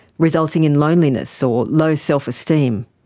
resulting in loneliness or low self-esteem.